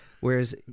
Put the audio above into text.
Whereas